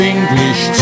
English